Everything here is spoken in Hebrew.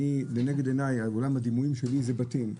עולם הדימויים שלי זה בתים.